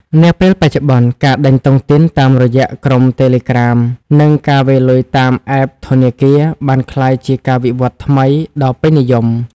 នាពេលបច្ចុប្បន្ន ការដេញតុងទីនតាមរយៈក្រុមតេឡេក្រាម (Telegram) និងការវេរលុយតាម App ធនាគារ បានក្លាយជាការវិវត្តថ្មីដ៏ពេញនិយម។